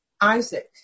Isaac